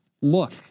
look